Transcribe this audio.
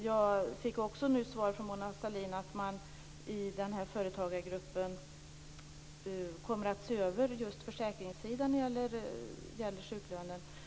Jag fick också nu svar från Mona Sahlin att man i den här företagargruppen kommer att se över just försäkringssidan när det gäller sjuklönen.